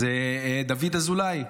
זה דוד אזולאי,